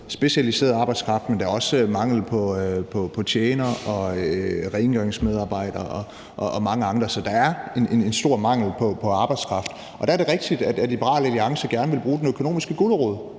specialiserede arbejdskraft, men der er også mangel på tjenere og rengøringsmedarbejdere og mange andre. Så der er en stor mangel på arbejdskraft, og der er det rigtigt, at Liberal Alliance gerne vil bruge den økonomiske gulerod.